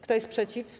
Kto jest przeciw?